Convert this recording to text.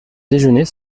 déjeuner